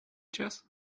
chess